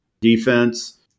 defense